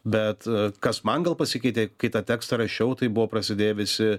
bet kas man gal pasikeitė kai tą tekstą rašiau tai buvo prasidėję visi